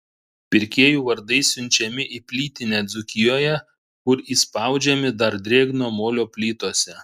pirkėjų vardai siunčiami į plytinę dzūkijoje kur įspaudžiami dar drėgno molio plytose